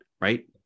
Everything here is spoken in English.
right